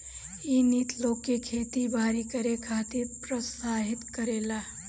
इ नीति लोग के खेती बारी करे खातिर प्रोत्साहित करेले